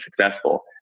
successful